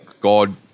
God